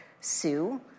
sue